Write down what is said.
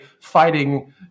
fighting